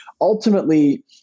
ultimately